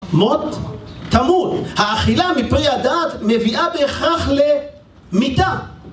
מות תמות. האכילה מפרי הדעת מביאה בהכרח למיתה.